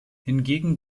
hingegen